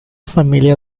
familia